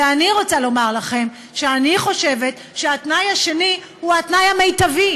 ואני רוצה לומר לכם שאני חושבת שהתנאי השני הוא התנאי המיטבי,